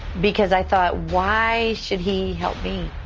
because i thought, why should he help me?